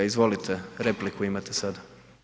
Izvolite, repliku imate sada.